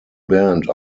band